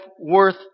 worth